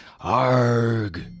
Arg